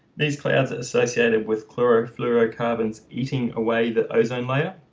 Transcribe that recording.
these clouds are associated with chlorofluorocarbons eating away that ozone layer